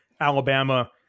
Alabama